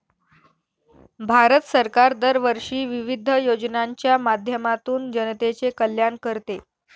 भारत सरकार दरवर्षी विविध योजनांच्या माध्यमातून जनतेचे कल्याण करते